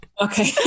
Okay